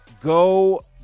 Go